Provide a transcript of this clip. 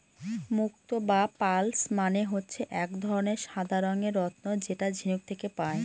মুক্ত বা পার্লস মানে হচ্ছে এক ধরনের সাদা রঙের রত্ন যেটা ঝিনুক থেকে পায়